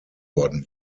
worden